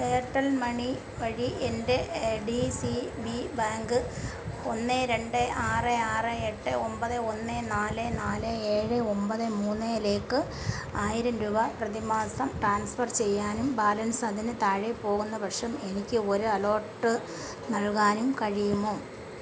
Airtel money വഴി എൻ്റെ D C B bank ഒന്ന് രണ്ട് ആറ് ആറ് എട്ട് ഒൻപത് ഒന്ന് നാല് നാല് ഏഴ് ഒൻപത് മൂന്ന് ലേക്ക് ആയിരം രൂപ പ്രതിമാസം ട്രാൻസ്ഫർ ചെയ്യാനും ബാലൻസ് അതിന് താഴെ പോകുന്ന പക്ഷം എനിക്ക് ഒരു അലേർട്ട് നൽകാനും കഴിയുമോ